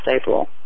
April